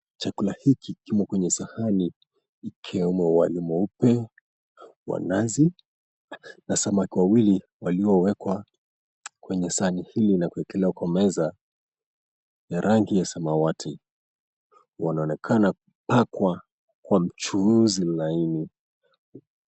Chakula hiki kimo kwenye sahani ikiwemo wali mweupe wa nazi, na samaki wawili waliowekwa kwenye sahani hili na kuwekelewa kwa meza ya rangi ya samawati. Wanaonekana kupakwa kwa mchuzi laini.